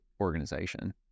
organization